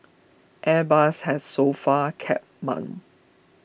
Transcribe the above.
airbus has so far kept mum